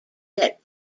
that